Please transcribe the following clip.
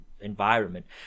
environment